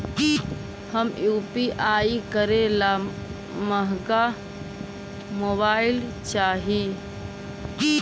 हम यु.पी.आई करे ला महंगा मोबाईल चाही?